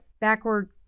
backward